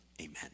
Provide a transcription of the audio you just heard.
Amen